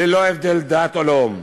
ללא הבדל דת או לאום,